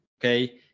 okay